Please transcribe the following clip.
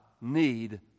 need